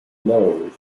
loathed